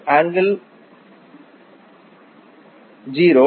1 found 28